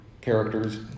characters